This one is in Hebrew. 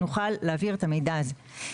נוכל להעביר את המידע הזה.